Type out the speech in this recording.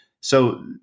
so-